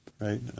right